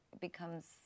becomes